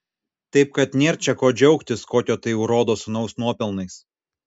taip kad nėr čia ko džiaugtis kokio tai urodo sūnaus nuopelnais